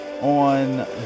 On